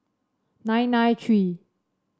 nine nine three